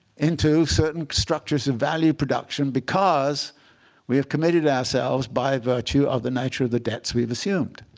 into certain structures of value production because we have committed ourselves by virtue of the nature of the debts we've assumed.